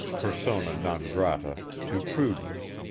persona non grata to prudence.